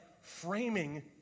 framing